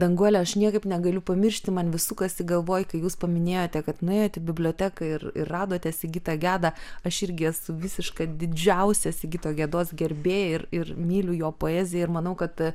danguole aš niekaip negaliu pamiršti man vis sukasi galvoj kai jūs paminėjote kad nuėjot į biblioteką ir ir radote sigitą gedą aš irgi esu visiška didžiausia sigito gedos gerbėja ir ir myliu jo poeziją ir manau kad